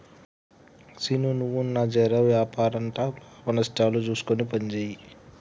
సీనూ, నువ్వన్నా జెర వ్యాపారంల లాభనష్టాలు జూస్కొని పనిజేయి